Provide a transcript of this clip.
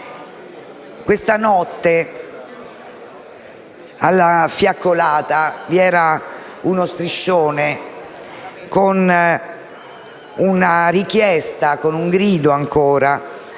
Questa notte, alla fiaccolata, vi era uno striscione con una richiesta, un grido ancora